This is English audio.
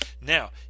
Now